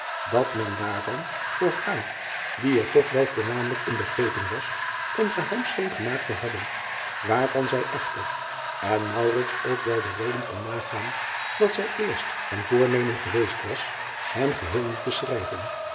dat men daarvan voor haar die er toch wel voornamelijk in begrepen was een geheim scheen gemaakt te hebben waarvan zij echter en driaan oosjes zn et leven van aurits ijnslager ook wel de reden kon nagaan dat zij eerst van voornemen geweest was hem geheel niet te schrijven